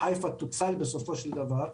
חיפה תוצל בסופו של דבר,